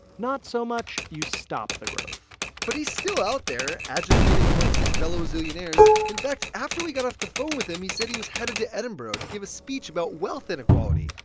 not so much you stop the growth but he's still out there agitating amongst his fellow zillionaires. in fact, after we got off the phone with him, he said he was headed to edinburgh to give a speech about wealth inequality.